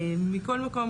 מכל מקום,